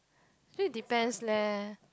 it depends leh